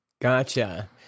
Gotcha